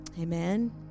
Amen